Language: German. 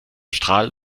strahl